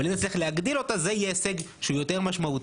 אבל אם נצליח להגדיל אותה זה יהיה הישג שהוא יותר משמעותי,